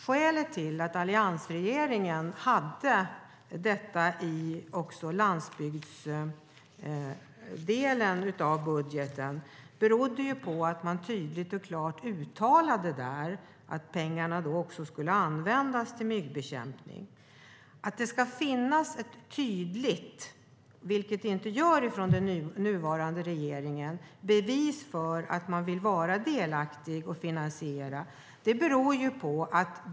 Skälet till att alliansregeringen hade detta i landsbygdsdelen av budgeten var att man tydligt och klart uttalade där att pengarna också skulle användas till myggbekämpning. Det ska finnas ett tydligt bevis för att man vill vara delaktig och finansiera, vilket det inte gör från den nuvarande regeringen.